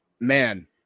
man